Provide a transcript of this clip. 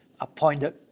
appointed